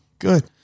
Good